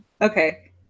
Okay